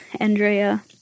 Andrea